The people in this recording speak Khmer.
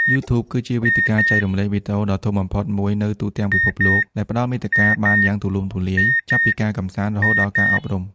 YouTube គឺជាវេទិកាចែករំលែកវីដេអូដ៏ធំបំផុតមួយនៅទូទាំងពិភពលោក ដែលផ្តល់មាតិកាបានយ៉ាងទូលំទូលាយ ចាប់ពីការកម្សាន្ត រហូតដល់ការអប់រំ។